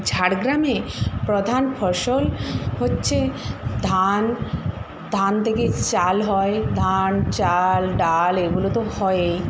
ঝাড়গ্রামে প্রধান ফসল হচ্ছে ধান ধান থেকে চাল হয় ধান চাল ডাল এগুলো তো হয়ই